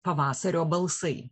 pavasario balsai